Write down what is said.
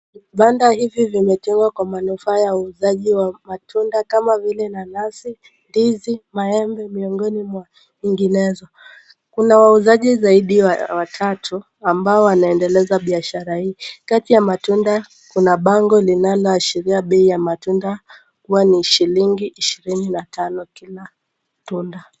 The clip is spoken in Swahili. Vibanda hivi vimejengwa kwa manufaa ya uuzaji wa matunda, kama vile; nanasi, ndizi, maembe, miongoni mwa nyinginezo. Kuna wauzaji zaidi ya watatu ambao wanaoendeleza biashara hii. Kati ya matunda, kuna bango linaloashiria bei ya matunda kuwa ni shilingi ishirini na tano kila tunda.